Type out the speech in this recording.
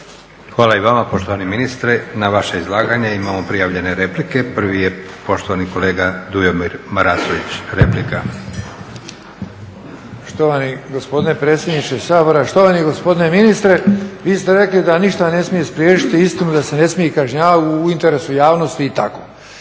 Hvala i vama poštovani ministre. Na vaše izlaganje imamo prijavljene replike. Prvi je poštovani kolega Dujomir Marasović, replika. **Marasović, Dujomir (HDZ)** Štovani gospodine predsjedniče Sabora, štovani gospodine ministre. Vi ste rekli da ništa ne smije spriječiti istinu da se ne smije kažnjavati u interesu javnosti i tako.